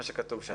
זה מה שכתוב שם.